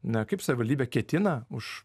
na kaip savivaldybė ketina už